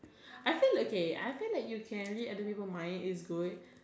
I think like okay when you can read other people mind is good